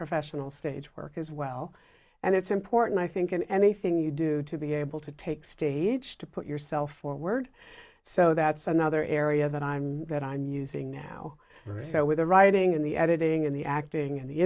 professional stage work as well and it's important i think in anything you do to be able to take stage to put yourself forward so that's another area that i'm that i'm using now so with the writing and the editing and the acting and the